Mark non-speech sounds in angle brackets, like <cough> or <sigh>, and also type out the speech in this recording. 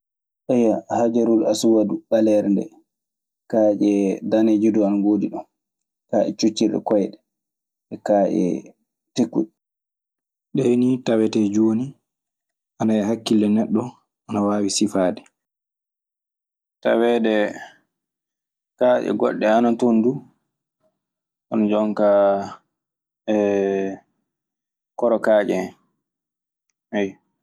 <hesitation> hajarul assuwadu mbalereɗe, kaɗie daneje dum ana ngodi ɗom, kaɗie ciocirɗe koyiɗe, kaɗie tekeɗe. Ɗee nii tawetee jooni ana e hakkille neɗɗo, ana waawi sifaade. Taweede kaaƴe goɗɗe ana toon du kono jooni ka koro kaaƴe, eey.